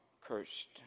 cursed